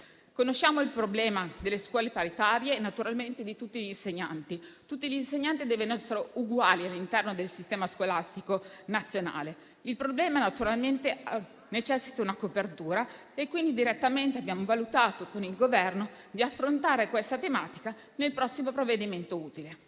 Conosciamo il problema delle scuole paritarie e naturalmente di tutti gli insegnanti. Tutti gli insegnanti devono essere uguali all'interno del sistema scolastico nazionale. Il problema naturalmente necessita di una copertura e quindi abbiamo valutato con il Governo di affrontare direttamente questa tematica nel prossimo provvedimento utile.